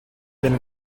been